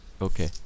Okay